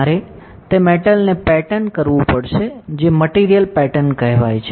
તમારે તે મેટલને પેટર્ન કરવુ પડશે જે મટિરિયલ પેટર્ન કહે છે